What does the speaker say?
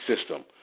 system